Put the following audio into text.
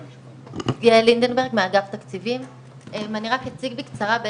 אני רק אציג בקצרה את